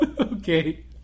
Okay